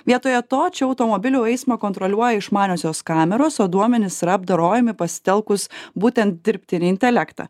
vietoje to čia automobilių eismą kontroliuoja išmaniosios kameros o duomenys yra apdorojami pasitelkus būtent dirbtinį intelektą